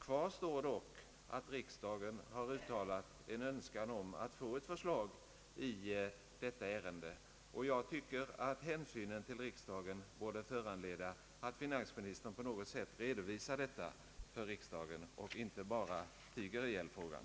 Kvar står dock att riksdagen har uttalat en önskan om att få ett förslag i detta ärende, och jag tycker att hänsynen till riksdagen borde leda till att finansministern på något sätt redovisade detta för riksdagen och inte bara tiger ihjäl frågan.